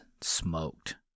smoked